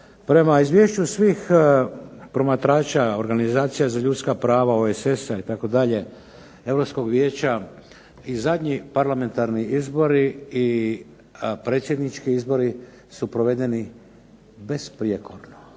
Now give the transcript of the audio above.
prema izvješću svih promatrača organizacija za ljudska prava, OESS-a itd., Europskog vijeća, i zadnji parlamentarni izbori i predsjednički izbori su provedeni besprijekorno.